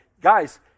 Guys